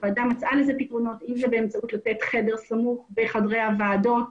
הוועדה מצאה לזה תיקון כמו לתת חדר סמוך בחדרי הוועדות,